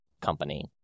company